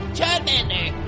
Charmander